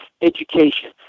education